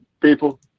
people